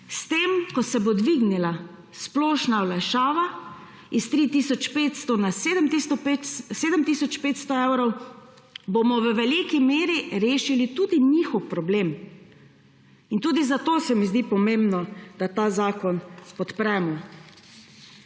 S tem, ko se bo dvignila splošna olajšava s 3 tisoč 500 na 7 tisoč 500 evrov, bomo v veliki meri rešili tudi njihov problem. Tudi zato se mi zdi pomembno, da ta zakon podpremo.